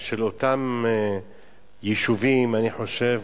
של אותם יישובים, אני חושב